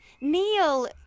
Neil